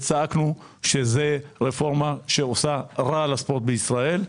צעקנו שזו רפורמה שעושה רע לספורט בישראל,